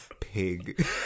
pig